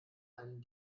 einen